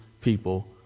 people